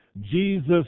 Jesus